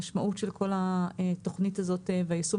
המשמעות של כל התוכנית הזאת והיישום